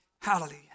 Hallelujah